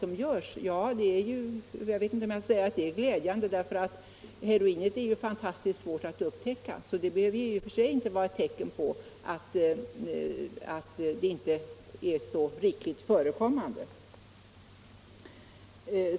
Jag vet inte om jag vill säga att det är glädjande, eftersom heroinet är fantastiskt svårt att upptäcka och att detta alltså i och för sig inte behöver vara ett tecken på att det inte är så rikligt förekommande.